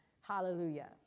Hallelujah